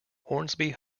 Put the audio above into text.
hornsby